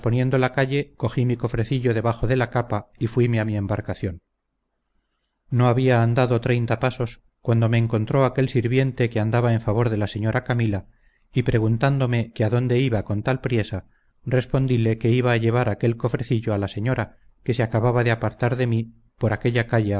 la calle cogí mi cofrecillo debajo de la capa y fuime a mi embarcación no había andado treinta pasos cuando me encontró aquel sirviente que andaba en favor de la señora camila y preguntándome que a dónde iba con tal priesa respondile que iba a llevar aquel cofrecillo a la señora que se acababa de apartar de mí por aquella calle